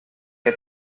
que